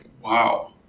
Wow